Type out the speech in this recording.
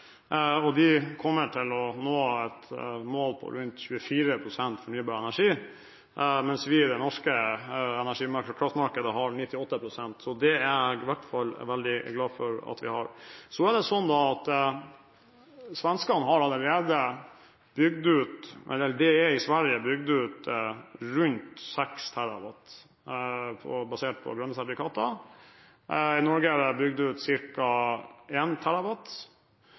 og de kommer til å nå et mål på rundt 24 pst. fornybar energi, mens vi i det norske energi- og kraftmarkedet har 98 pst. Det er jeg i hvert fall veldig glad for at vi har. Det er i Sverige allerede bygd ut rundt 6 TW basert på grønne sertifikater. I Norge er det bygd ut